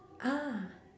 ah